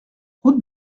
route